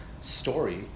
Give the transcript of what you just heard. story